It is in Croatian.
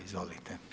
Izvolite.